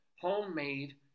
Homemade